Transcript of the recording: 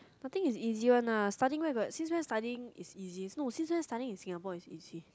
but nothing is easy one ah studying where got since when studying is easy no since when studying in Singapore is easy